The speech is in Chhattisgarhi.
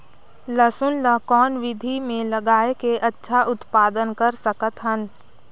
लसुन ल कौन विधि मे लगाय के अच्छा उत्पादन कर सकत हन?